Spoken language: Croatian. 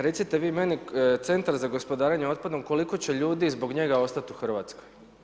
Recite vi meni Centar za gospodarenje otpadom koliko će ljudi zbog njega ostati u Hrvatskoj?